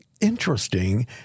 interesting